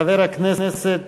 חבר הכנסת